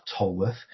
tolworth